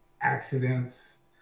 accidents